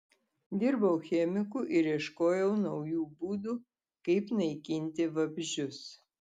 dirbau chemiku ir ieškojau naujų būdų kaip naikinti vabzdžius